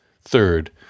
third